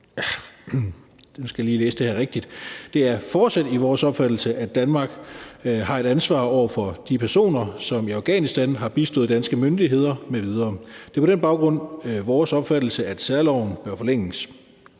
Det er fortsat vores opfattelse, at Danmark har et ansvar over for de personer, som i Afghanistan har bistået danske myndigheder m.v. Det er på den baggrund vores opfattelse, at særloven bør forlænges,